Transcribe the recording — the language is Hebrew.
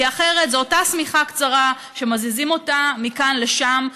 כי אחרת זו אותה שמיכה קצרה שמזיזים אותה מכאן לשם,